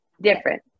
Different